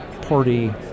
Party